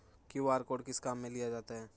QR code किस किस काम में लिया जाता है?